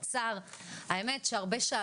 ה-4 בינואר 2022 למניינם.